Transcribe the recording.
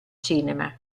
cinema